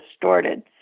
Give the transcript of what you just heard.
distorted